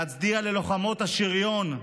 להצדיע ללוחמות השריון,